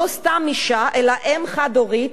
לא סתם אשה, אלא אם חד-הורית,